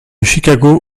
chicago